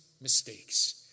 mistakes